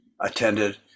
Attended